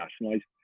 nationalized